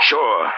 Sure